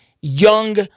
young